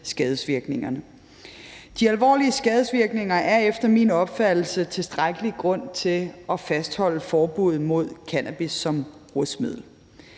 skadesvirkningerne. De alvorlige skadesvirkninger er efter min opfattelse tilstrækkelig grund til at fastholde forbuddet mod cannabis som rusmiddel.